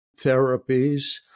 therapies